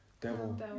devil